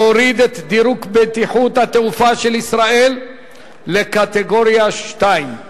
להוריד את דירוג בטיחות התעופה של ישראל לקטגוריה 2,